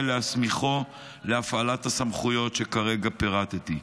להסמיכו להפעלת הסמכויות שכרגע פירטתי.